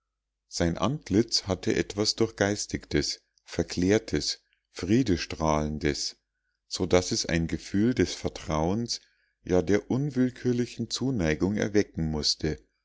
sein antlitz hatte etwas durchgeistigtes verklärtes friedestrahlendes so daß es ein gefühl des vertrauens ja der unwillkürlichen zuneigung erwecken mußte